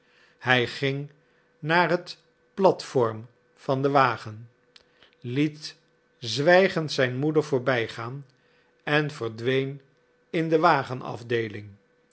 hij ging naar het plateforme van den wagen liet zwijgend zijn moeder voorbijgaan en verdween in de wagenafdeeling